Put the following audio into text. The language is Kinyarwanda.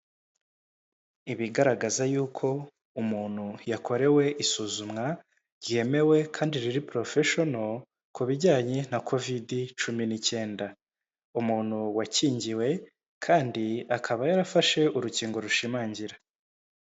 Ibigaragaza yuko umuntu yakorewe isuzumwa ryemewe kandi riri porofeshono ku bijyanye na Kovidi cumi n'icyenda. Umuntu wakingiwe, kandi akaba yarafashe urukingo rushimangira.